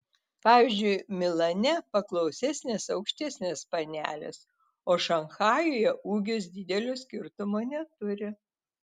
pavyzdžiui milane paklausesnės aukštesnės panelės o šanchajuje ūgis didelio skirtumo neturi